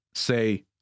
Say